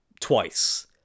twice